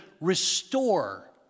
restore